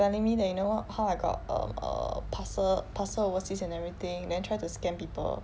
telling me that you know how I got err a parcel parcel overseas and everything then try to scam people